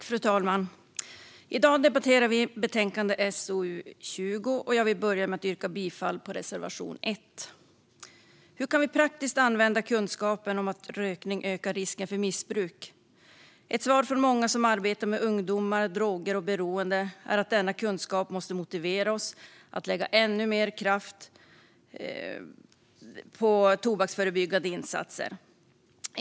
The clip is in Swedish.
Fru talman! I dag debatterar vi betänkande SoU20, och jag vill börja med att yrka bifall till reservation 1. Hur kan vi praktiskt använda kunskapen om att rökning ökar risken för missbruk? Ett svar från många som arbetar med ungdomar, droger och beroende är att denna kunskap måste motivera oss att lägga ännu mer kraft på tobaksförebyggande insatser.